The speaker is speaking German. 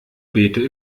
bete